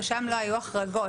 ושם לא היו החרגות.